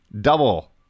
double